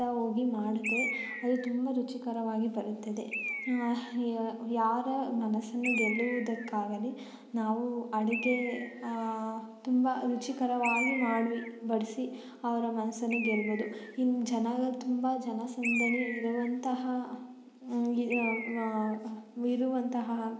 ಹಾಕ್ತಾ ಹೋಗಿ ಮಾಡಿದ್ರೆ ಅದು ತುಂಬ ರುಚಿಕರವಾಗಿ ಬರುತ್ತದೆ ಯಾರ ಮನಸ್ಸನ್ನು ಗೆಲ್ಲುವುದಕ್ಕಾಗಲಿ ನಾವು ಅಡುಗೆ ತುಂಬ ರುಚಿಕರವಾಗಿ ಮಾಡಿ ಬಡಿಸಿ ಅವರ ಮನಸ್ಸನ್ನು ಗೆಲ್ಬೋದು ಹಿಂಗೆ ಜನಗ ತುಂಬ ಜನಸಂದಣಿ ಇರುವಂತಹ ಇರುವಂತಹ